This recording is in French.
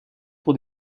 pour